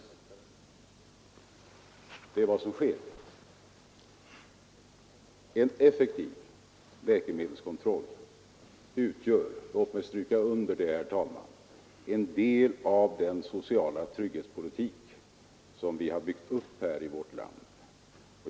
Det är vad som gäller. En effektiv läkemedelskontroll utgör — låt mig stryka under det, herr talman — en del av den sociala trygghetspolitik som vi byggt upp här i vårt land.